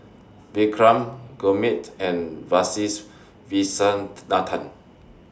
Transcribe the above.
Vikram Gurmeet and Kasiviswanathan